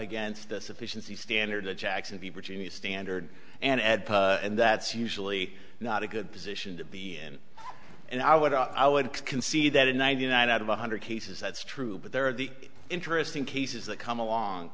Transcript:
against this efficiency standard jackson v virginia standard and ed and that's usually not a good position to be in and i would i would concede that in ninety nine out of one hundred cases that's true but there are the interesting cases that come along